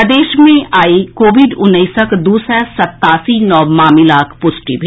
प्रदेश मे आइ कोविड उन्नैसक दू सय सत्तासी नव मामिलाक पुष्टि भेल